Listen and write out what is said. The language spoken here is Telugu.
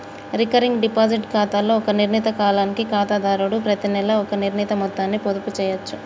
రికరింగ్ డిపాజిట్ ఖాతాలో ఒక నిర్ణీత కాలానికి ఖాతాదారుడు ప్రతినెలా ఒక నిర్ణీత మొత్తాన్ని పొదుపు చేయచ్చు